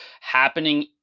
happening